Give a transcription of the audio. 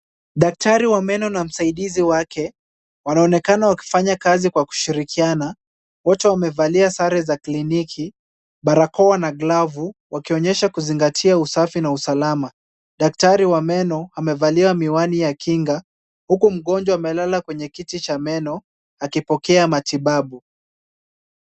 Daktari wa meno na msaidizi wake wanaonekana wakifanya kazi kwa kushirikiana wote wamevalia sare za kliniki, barakoa na glavu wakionyesha kuzingatia usafi na usalama. Daktari wa meno amevalia miwani ya kinga huku mgonjwa amelala kwenye kiti cha meno akipokea matibabu.